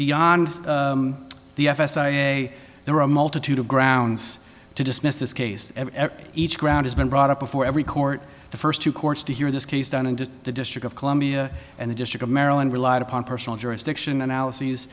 beyond the f s a there are a multitude of grounds to dismiss this case each ground has been brought up before every court the first two courts to hear this case done and the district of columbia and the district of maryland relied upon personal jurisdiction analyses